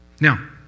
Now